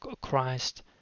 Christ